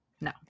No